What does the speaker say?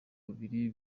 bubiri